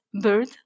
bird